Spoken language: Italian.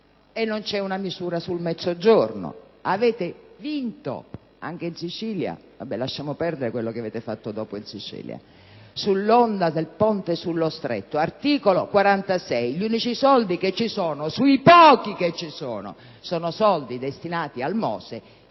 E non c'è una misura sul Mezzogiorno. Avete vinto anche in Sicilia - lasciamo perdere quello che avete fatto dopo, in Sicilia - sull'onda del ponte sullo Stretto; ebbene - articolo 46 - gli unici soldi che ci sono, quei pochi che ci sono, sono destinati al MOSE: